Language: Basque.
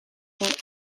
beharko